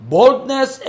Boldness